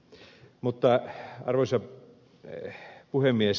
arvoisa puhemies